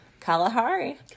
Kalahari